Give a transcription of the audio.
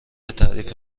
تعریف